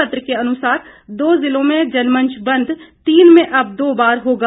पत्र के अनुसार दो जिलों में जनमंच बंद तीन में अब दो बार होगा